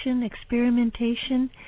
experimentation